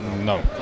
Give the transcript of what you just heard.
No